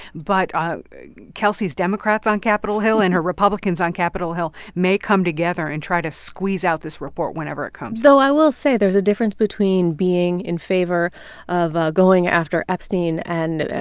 but kelsey's democrats on capitol hill and her republicans on capitol hill may come together and try to squeeze out this report whenever it comes though i will say there is a difference between being in favor of ah going after epstein and,